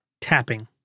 tapping